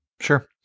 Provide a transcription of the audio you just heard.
Sure